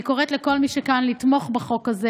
אני קוראת לכל מי שכאן לתמוך בחוק הזה